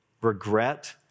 Regret